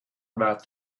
about